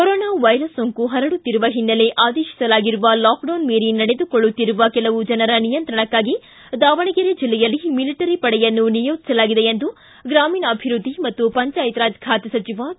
corona virus ಸೋಂಕು ಪರಡುತ್ತಿರುವ ಹಿನ್ನೆಲೆ ಆದೇತಿಸಲಾಗಿರುವ ಲಾಕ್ಡೌನ್ ಮೀರಿ ನಡೆದುಕೊಳ್ಳುತ್ತಿರುವ ಕೆಲವು ಜನರ ನಿಯಂತ್ರಣಕ್ಕಾಗಿ ದಾವಣಗರೆ ಜಿಲ್ಲೆಯಲ್ಲಿ ಮಿಲಿಟರಿ ಪಡೆಯನ್ನು ನಿಯೋಜಿಸಲಾಗಿದೆ ಎಂದು ಗ್ರಾಮೀಣಾಭಿವೃದ್ದಿ ಮತ್ತು ಪಂಚಾಯತ್ ರಾಜ್ ಖಾತೆ ಸಚಿವ ಕೆ